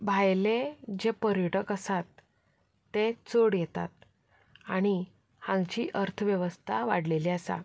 भायले जे पर्यटक आसात ते चड येतात आनी हांगाची अर्थवेवस्था वाडिल्ली आसा